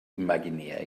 imaginär